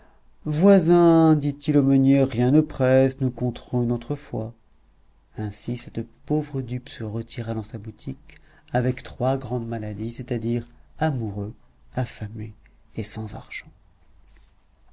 voisin dit-il au meunier rien ne presse nous compterons une autre fois ainsi cette pauvre dupe se retira dans sa boutique avec trois grandes maladies c'est-à-dire amoureux affamé et sans argent